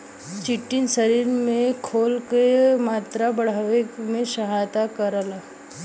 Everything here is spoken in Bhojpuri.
चिटिन शरीर में घोल क मात्रा बढ़ावे में सहायता करला